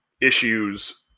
issues